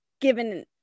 given